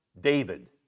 David